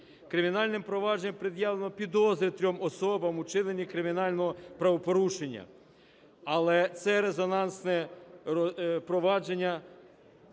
Кримінальним провадженням пред'явлено підозри трьом особам у вчиненні кримінального правопорушення, але це резонансне провадження